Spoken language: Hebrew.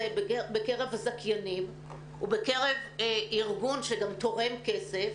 בקרב הזכיינים ובקרב ארגון שגם תורם כסף,